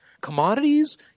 Commodities